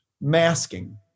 Masking